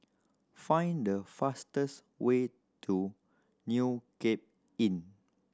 find the fastest way to New Cape Inn